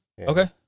Okay